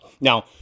Now